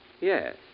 Yes